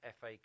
FA